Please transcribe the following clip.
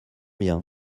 bien